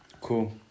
Cool